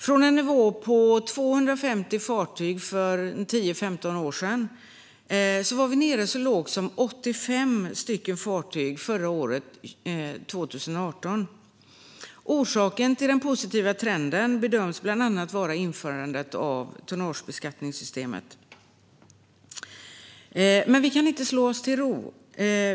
Från en nivå på 250 fartyg för 10-15 år sedan var vi nere på så lågt som 85 fartyg förra året 2018. Orsaken till den positiva trenden bedöms bland annat vara införandet av tonnagebeskattningssystemet. Men vi kan inte slå oss till ro.